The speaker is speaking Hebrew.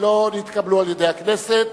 לא נתקבלו על-ידי הכנסת.